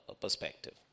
perspective